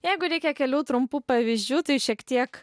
jeigu reikia kelių trumpų pavyzdžių tai šiek tiek